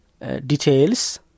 details